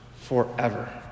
forever